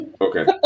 Okay